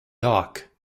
dark